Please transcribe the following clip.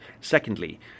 Secondly